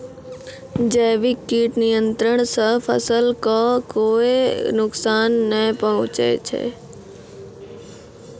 जैविक कीट नियंत्रण सॅ फसल कॅ कोय नुकसान नाय पहुँचै छै